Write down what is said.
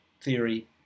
theory